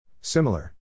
Similar